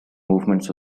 movements